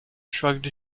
shrugged